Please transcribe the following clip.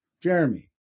Jeremy